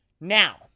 Now